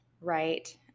right